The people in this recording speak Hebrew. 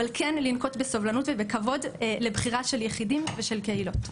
אבל כן לנקוט בסבלנות ובכבוד לבחירה של יחידים ושל קהילות.